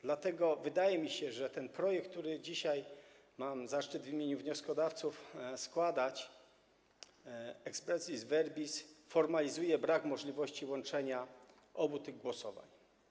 Dlatego wydaje mi się, że projekt, który mam dzisiaj zaszczyt w imieniu wnioskodawców składać, expressis verbis formalizuje brak możliwości łączenia obu tych głosowań.